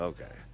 Okay